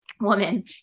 Woman